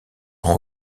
rend